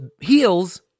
heels